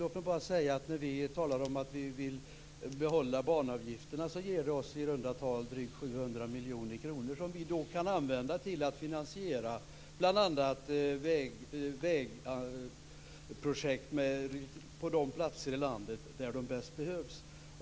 Låt mig bara säga att vi vill behålla banavgifterna, och det ger oss i runda tal drygt 700 miljoner kronor som vi kan använda till att finansiera bl.a. vägprojekt på de platser i landet där de bäst behövs.